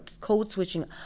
code-switching